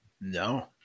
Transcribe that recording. No